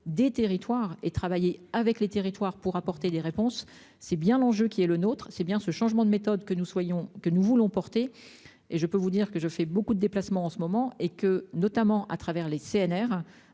des territoires et travailler avec les territoires pour apporter des réponses. C'est bien l'enjeu qui est le nôtre, c'est bien ce changement de méthode que nous soyons que nous voulons porter. Et je peux vous dire que je fais beaucoup de déplacement en ce moment et que notamment à travers les CNR